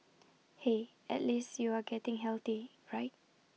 hey at least you are getting healthy right